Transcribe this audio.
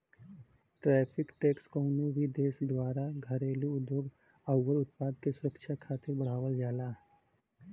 tariff tax कउनो भी देश द्वारा घरेलू उद्योग आउर उत्पाद के सुरक्षा खातिर बढ़ावल जाला